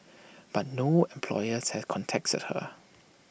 but no employers has contacted her